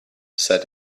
said